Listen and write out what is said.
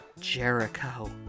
Jericho